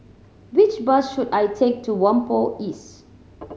which bus should I take to Whampoa East